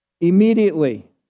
Immediately